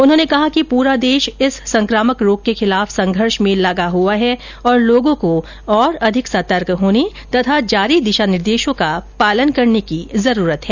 उन्होंने कहा कि पूरा देश इस संक्रामक रोग के खिलाफ संघर्ष में लगा है तथा लोगों को और अधिक सतर्क होने तथा जारी दिशा निर्देशों का पालन करने की जरूरत है